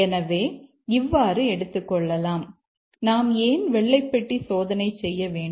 எனவே இவ்வாறு எடுத்துக்கொள்ளலாம் நாம் ஏன் வெள்ளை பெட்டி சோதனை செய்ய வேண்டும்